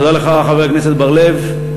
תודה לך, חבר הכנסת בר-לב.